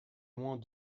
moins